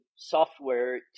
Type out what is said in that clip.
software